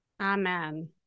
Amen